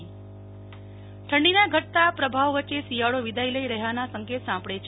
વા મા ઠ ઠંડીનાં ઘટતા પ્રભાવ વચ્ચે શિયાળો વિદાય લઇ રહ્યાના સંકેત સાંપડે છે